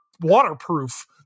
waterproof